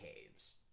caves